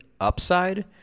upside